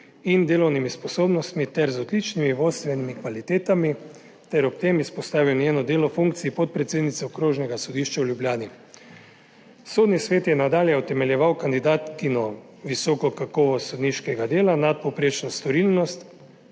in delovnimi sposobnostmi ter z odličnimi vodstvenimi kvalitetami ter ob tem izpostavil njeno delo v funkciji podpredsednice Okrožnega sodišča v Ljubljani. Sodni svet je nadalje utemeljeval kandidatno visoko kakovost sodniškega dela, nadpovprečno storilnost,